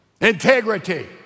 Integrity